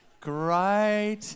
great